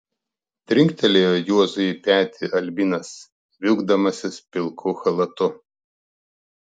trinktelėjo juozui į petį albinas vilkdamasis pilku chalatu